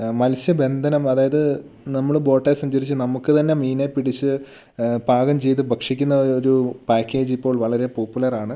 മത്സ്യബന്ധനം അതായത് നമ്മൾ ബോട്ടിൽ സഞ്ചരിച്ച് നമുക്ക് തന്നെ മീനിനെ പിടിച്ച് പാകം ചെയ്ത് ഭക്ഷിക്കുന്ന ഒരു പാക്കേജ് ഇപ്പോൾ വളരെ പോപ്പുലറാണ്